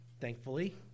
thankfully